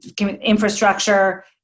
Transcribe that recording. infrastructure